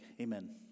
Amen